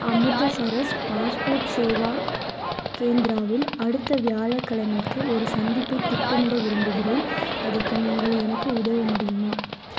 Amritsar passport சேவா கேந்திராவில் அடுத்த வியாழக் கிழமைக்கு ஒரு சந்திப்பைத் திட்டமிட விரும்புகிறேன் அதற்கு நீங்கள் எனக்கு உதவ முடியுமா